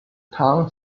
town